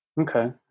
okay